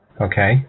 Okay